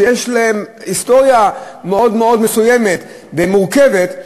שיש להן היסטוריה מאוד מאוד מסוימת ומורכבת,